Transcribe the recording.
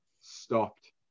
stopped